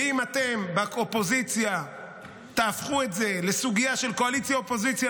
ואם אתם באופוזיציה תהפכו את זה לסוגיה של קואליציה אופוזיציה,